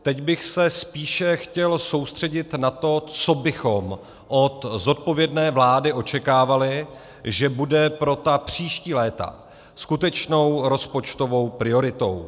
Teď bych se spíše chtěl soustředit na to, co bychom od zodpovědné vlády očekávali, že bude pro ta příští léta skutečnou rozpočtovou prioritou.